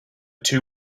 two